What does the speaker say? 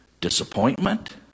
disappointment